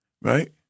right